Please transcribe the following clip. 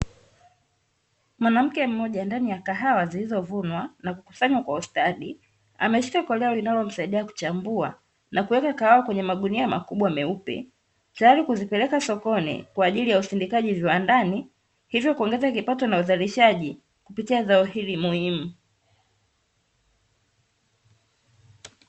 Mwanamke mmoja, ndani ya kahawa zilizovunwa na kukusanywa kwa ustadi, ameshika koleo linalomsaidia kuchambua na kuweka kahawa kwenye magunia makubwa, meupe, tayari kuzipeleka sokoni kwa ajili ya usindikaji viwandani. Hivyo kuongeza kipato na uzalishaji kupitia zao hili muhimu.